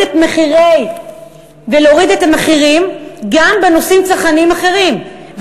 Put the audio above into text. את המחירים גם בנושאים צרכניים אחרים.